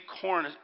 corn